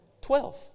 Twelve